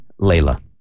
Layla